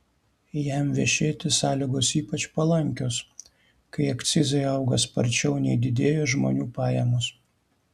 jam vešėti sąlygos ypač palankios kai akcizai auga sparčiau nei didėja žmonių pajamos